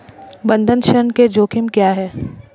बंधक ऋण के जोखिम क्या हैं?